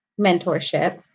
mentorship